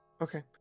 okay